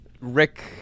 Rick